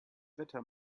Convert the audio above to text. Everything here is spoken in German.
wetter